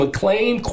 McLean